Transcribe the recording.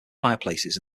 fireplaces